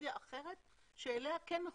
טכנולוגיה אחרת אליה כן מחוברים.